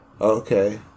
okay